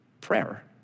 Prayer